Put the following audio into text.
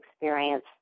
experience